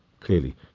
Clearly